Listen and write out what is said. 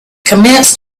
commenced